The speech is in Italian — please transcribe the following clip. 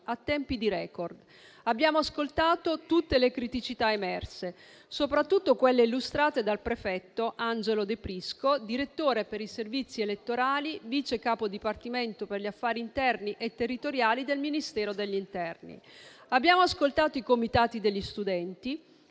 a tempi di *record.* Abbiamo ascoltato tutte le criticità emerse, soprattutto quelle illustrate dal prefetto Angelo de Prisco, direttore per i servizi elettorali, vice capo dipartimento per gli affari interni e territoriali del Ministero dell'interno. Abbiamo ascoltato i comitati degli studenti